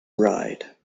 ride